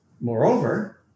Moreover